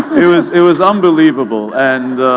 it was it was unbelievable. and